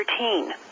routine